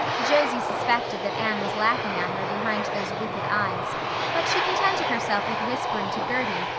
josie suspected that anne was laughing at her behind those wicked eyes but she contented herself with whispering to gertie,